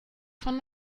von